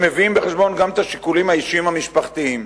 הם מביאים בחשבון גם את השיקולים האישיים המשפחתיים.